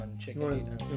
chicken